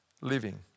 living